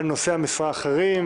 גם בנוגע לנושאי משרה אחרים,